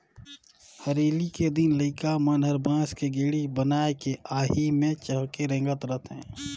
हरेली के दिन लइका मन हर बांस के गेड़ी बनायके आही मे चहके रेंगत रथे